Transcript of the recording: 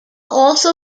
also